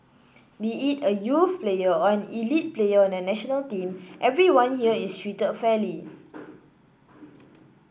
be it a youth player or an elite player on the national team everyone here is treated fairly